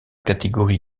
catégorie